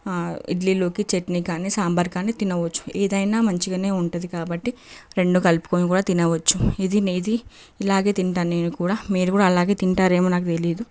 ఇడ్లీలోకి చట్నీకానీ సాంబార్ కాని తినవచ్చు ఏదైనా మంచిగానే ఉంటుంది కాబట్టి రెండు కలుపుకొని కూడా తినవచ్చు ఇది ఇది ఇలాగే తింటా నేను కూడా మీరుకూడా అలాగే తింటారేమో నాకు తెలియదు